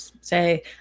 say